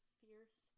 fierce